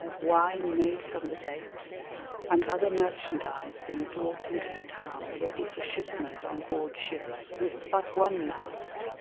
wine made from the date and other merchandise being brought into the town ready for shipment on board ships with but one mast,